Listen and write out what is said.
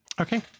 Okay